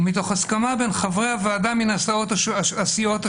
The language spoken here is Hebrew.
ומתוך הסכמה בין חברי הוועדה מן הסיעות השונות.